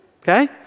okay